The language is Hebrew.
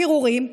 פירורים,